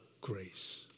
grace